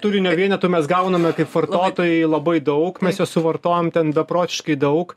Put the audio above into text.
turinio vienetų mes gauname kaip vartotojai labai daug mes jo suvartojam ten beprotiškai daug